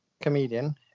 comedian